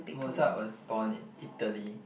Mozart was born in Italy